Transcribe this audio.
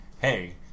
hey